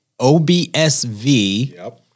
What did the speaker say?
OBSV